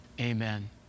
Amen